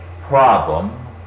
problem